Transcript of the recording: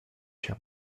się